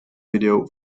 video